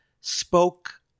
spoke